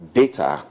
data